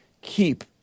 Keep